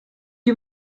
you